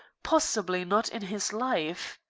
possibly not in his life.